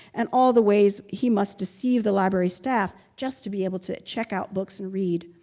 and all the ways he must deceive the library staff just to be able to check out books and read.